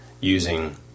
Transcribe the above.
using